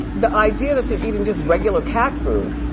the idea that they're eating just regular cat food.